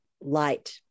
light